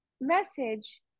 message